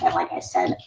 and like i said,